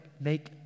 make